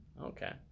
Okay